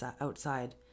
outside